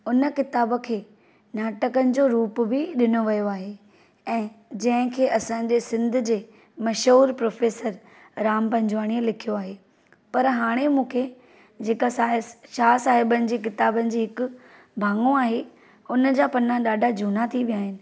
उन किताब खे नाटकनि को रूप बि ॾिनो वियो आहे ऐं जंहिं खे असां जे सिंध जे मशहूरु प्रोफ़ेसर राम पंजवाणीअ लिखियो आहे पर हाणे मूंखे जेका शाह साहिब जी किताबनि जी हिकु भाङो आहे उन जा पन्ना ॾाढा जूना थी विया आहिनि